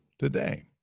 today